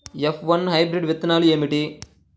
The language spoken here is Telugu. ఎఫ్ వన్ హైబ్రిడ్ విత్తనాలు ఏమిటి?